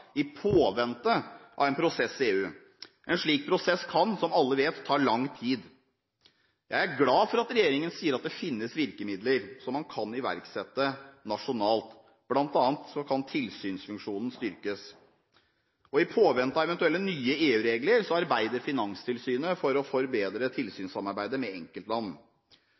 i påvente av en prosess i EU. En slik prosess kan, som alle vet, ta lang tid. Jeg er glad for at regjeringen sier at det finnes virkemidler som man kan iverksette nasjonalt, bl.a. kan tilsynsfunksjonen styrkes, og i påvente av eventuelle nye EU-regler arbeider Finanstilsynet for å forbedre tilsynssamarbeidet med enkeltland.